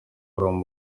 abantu